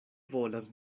volas